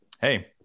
hey